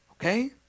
Okay